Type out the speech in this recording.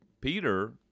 Peter